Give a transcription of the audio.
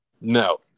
No